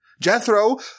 Jethro